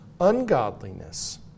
ungodliness